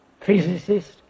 physicist